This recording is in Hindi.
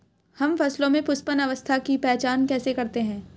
हम फसलों में पुष्पन अवस्था की पहचान कैसे करते हैं?